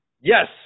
Yes